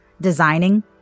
designing